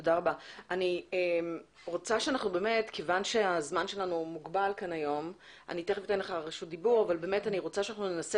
הזמן שלנו מוגבל היום ואני רוצה שננסה